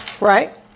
Right